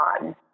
on